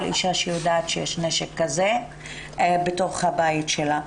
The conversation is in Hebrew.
כל אישה שיודעת שיש נשק כזה בתוך הבית שלה.